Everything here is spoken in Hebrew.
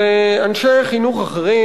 ואנשי חינוך אחרים,